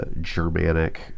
Germanic